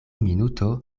minuto